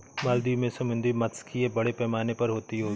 मालदीव में समुद्री मात्स्यिकी बड़े पैमाने पर होती होगी